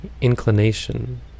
inclination